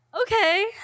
okay